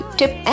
tip